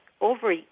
over